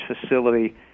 facility